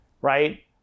Right